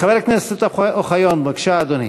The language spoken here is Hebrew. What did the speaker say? חבר הכנסת אוחיון, בבקשה, אדוני.